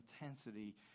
intensity